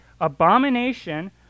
abomination